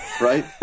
right